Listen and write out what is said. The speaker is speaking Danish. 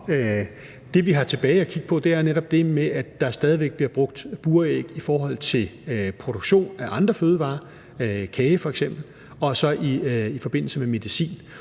som vi har tilbage at kigge på, er netop det med, at der stadig væk bliver brugt buræg i forhold til produktion af andre fødevarer, f.eks. kage, og så i forbindelse med medicin.